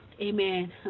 amen